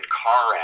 car